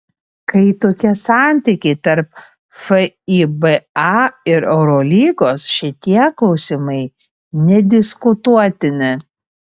kai tokie santykiai tarp fiba ir eurolygos šitie klausimai nediskutuotini